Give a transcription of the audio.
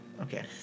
Okay